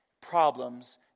problems